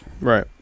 Right